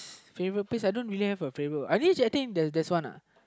favorite place I don't really have a favorite at least I think there's one lah